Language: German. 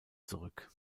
zurück